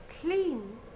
clean